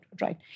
right